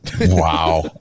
Wow